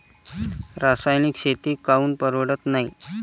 रासायनिक शेती काऊन परवडत नाई?